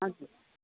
हजुर